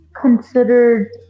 considered